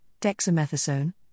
dexamethasone